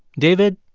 david,